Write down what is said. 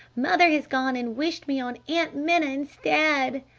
mother has gone and wished me on aunt minna instead!